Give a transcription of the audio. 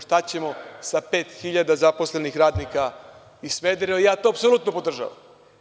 Šta ćemo sa pet hiljada zaposlenih radnika iz Smedereva i ja to apsolutno podržavam.